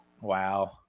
wow